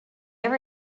ever